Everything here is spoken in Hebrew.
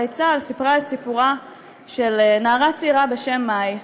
צה"ל סיפרה את סיפורה של נערה צעירה בשם מאי,